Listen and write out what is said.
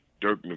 Dirk